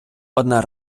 одна